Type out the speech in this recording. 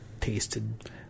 tasted